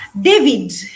David